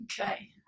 Okay